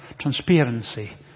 transparency